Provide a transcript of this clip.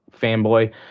fanboy